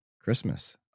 Christmas